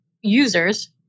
users